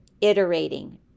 iterating